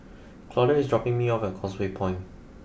Claudia is dropping me off at Causeway Point